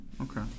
okay